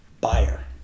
buyer